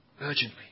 urgently